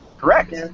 Correct